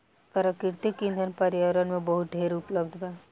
प्राकृतिक ईंधन पर्यावरण में बहुत ढेर उपलब्ध बा